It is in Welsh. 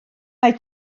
mae